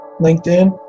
linkedin